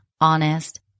honest